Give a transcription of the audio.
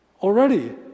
already